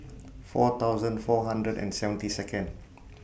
four thousand four hundred and seventy Second